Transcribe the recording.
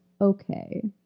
okay